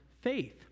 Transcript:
faith